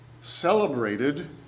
celebrated